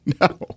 No